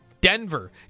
Denver